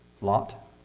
Lot